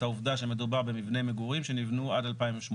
העובדה שמדובר במבנה מגורים שנבנו עד 2018,